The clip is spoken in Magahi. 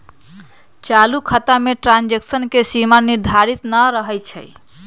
चालू खता में ट्रांजैक्शन के सीमा निर्धारित न रहै छइ